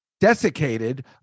desiccated